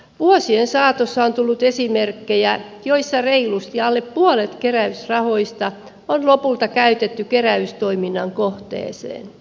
vuosien saatossa on tullut esimerkkejä joissa reilusti alle puolet keräysrahoista on lopulta käytetty keräystoiminnan kohteeseen